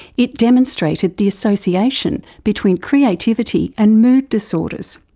it demonstrated the association between creativity and mood disorders.